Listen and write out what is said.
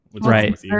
Right